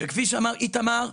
שכפי שאמר איתמר,